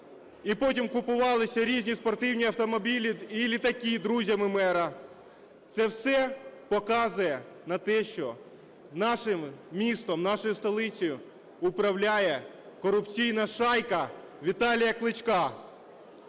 і потім купувалися різні спортивні автомобілі і літаки друзями мера. Це все показує на те, що нашим містом, нашою столицею управляє корупційна шайка Віталія Кличка.